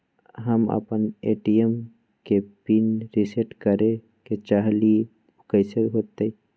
हम अपना ए.टी.एम के पिन रिसेट करे के चाहईले उ कईसे होतई?